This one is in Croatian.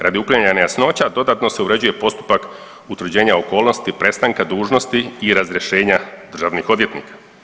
Radi uklanjanja nejasnoća dodatno se uređuje postupak utvrđenja okolnosti prestanka dužnosti i razrješenja državnih odvjetnika.